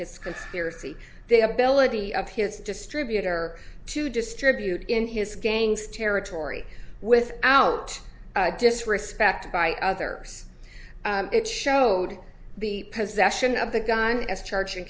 his conspiracy they ability of his distributor to distribute in his gang's territory with out disrespect by others it showed the possession of the gun as charg